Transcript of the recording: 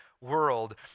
world